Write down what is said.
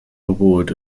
award